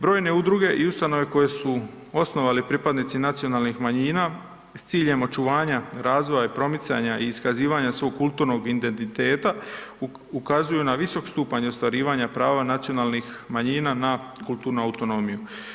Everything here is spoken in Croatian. Brojne udruge i ustanove koje su osnovali pripadnici nacionalnih manjina s ciljem očuvanja razvoja i promicanja i iskazivanja svog kulturnog identiteta, ukazuju na visok stupanj ostvarivanja prava nacionalnih manjina na kulturnu autonomiju.